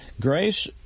Grace